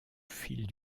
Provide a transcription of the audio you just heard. fil